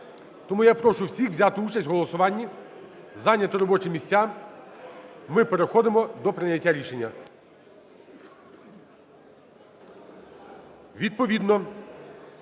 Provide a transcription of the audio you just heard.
Тому я прошу всіх взяти участь в голосуванні, зайняти робочі місця. Ми переходимо до прийняття рішення.